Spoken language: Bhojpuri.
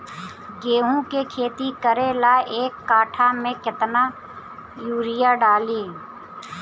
गेहूं के खेती करे ला एक काठा में केतना युरीयाँ डाली?